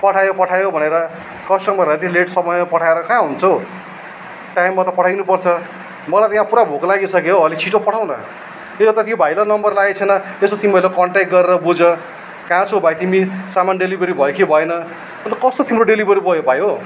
पठायो पठायो भनेर कस्टमरलाई यति लेट सामान पठाएर कहाँ हुन्छ हौ टाइममा त पठाइदिनु पर्छ मलाई त यहाँ पुरा भोक लागिसक्यो हौ अलिक छिटो पठाउ न या त त्यो भाइलाई नम्बर लागेको छैन यसो तिमीहरूले कन्ट्याक गरेर बुझ कहाँ छौ भाइ तिमी सामान डिलिभेरी भयो कि भएन अन्त कस्तो तिम्रो डेलिभेरी बोय भाइ हौ